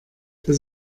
das